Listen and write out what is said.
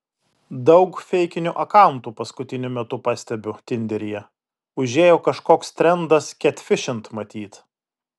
daug feikinių akauntų paskutiniu metu pastebiu tinderyje užėjo kažkoks trendas ketfišint matyt